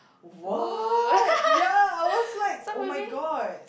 what ya I was like oh-my-god